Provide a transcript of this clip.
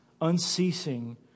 unceasing